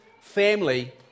family